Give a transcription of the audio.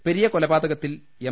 പെരിയ കൊലപാതകത്തിൽ എം